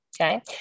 okay